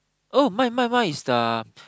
oh mine mine mine is the